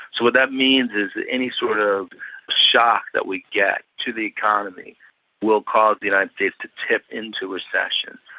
so what that means is any sort of shock that we get to the economy will cause the united states to tip into recession.